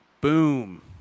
boom